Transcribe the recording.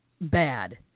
bad